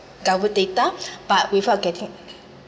governed data but without getting